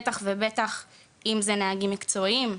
בטח ובטח אם זה נהגים מקצועיים,